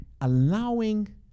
allowing